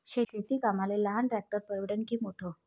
शेती कामाले लहान ट्रॅक्टर परवडीनं की मोठं?